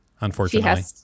Unfortunately